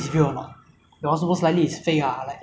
and then if it's real right I will just cash it in my bank account